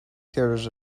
theatres